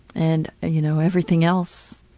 and, you know, everything else.